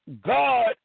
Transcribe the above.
God